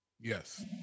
Yes